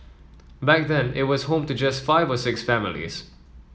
back then it was home to just five or six families